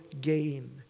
gain